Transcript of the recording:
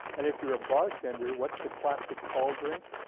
and if you're a bartender, what's the classic call drink?